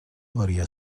varia